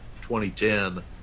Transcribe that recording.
2010